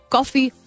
Coffee